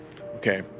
Okay